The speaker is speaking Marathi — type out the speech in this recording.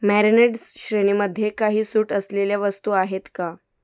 मॅरेनेड्स श्रेणीमध्ये काही सूट असलेल्या वस्तू आहेत का